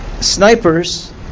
snipers